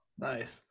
Nice